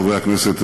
חברי הכנסת,